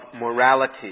morality